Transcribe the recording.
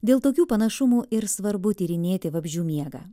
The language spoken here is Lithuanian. dėl tokių panašumų ir svarbu tyrinėti vabzdžių miegą